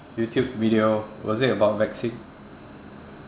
youtube video was it about vaccine